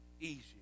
easier